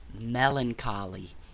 Melancholy